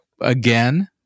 again